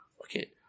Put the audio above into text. Okay